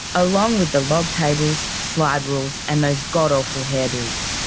along with the log tables, slide rules and those god-awful hairdos.